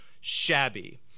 shabby